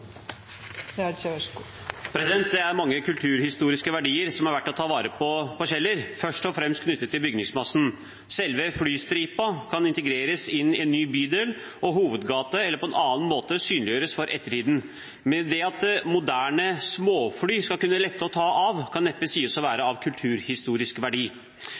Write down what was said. forslagene hun refererte til. Det er mange kulturhistoriske verdier på Kjeller som er verdt å ta vare på, først og fremst knyttet til bygningsmassen. Selve flystripen kan integreres inn i en ny bydel som hovedgate eller på annen måte synliggjøres for ettertiden. Men det at moderne småfly skal kunne lette og ta av, kan neppe sies å være av kulturhistorisk verdi.